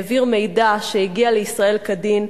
העביר מידע שהגיע לישראל כדין.